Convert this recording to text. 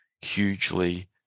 hugely